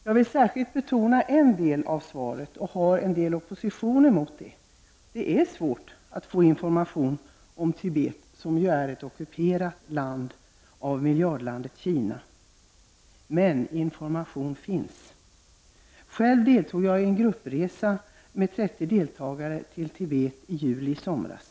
Jag vill särskilt betona en del av svaret som jag har viss opposition emot. Det är svårt att få information om Tibet som nu är ett ockuperat land -- ockuperat av miljardlandet Kin. Men det finns information. Själv deltog jag i en gruppresa med 30 deltagare till Tibet i juli i somras.